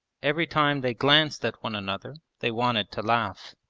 every time they glanced at one another they wanted to laugh.